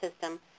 system